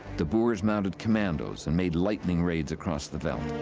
the boers mounted commandos and made lightning raids across the veldt.